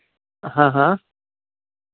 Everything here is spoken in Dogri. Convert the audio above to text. हां हां